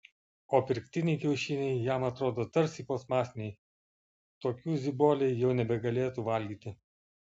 o pirktiniai kiaušiniai jam atrodo tarsi plastmasiniai tokių ziboliai jau nebegalėtų valgyti